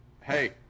Hey